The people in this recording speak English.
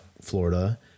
Florida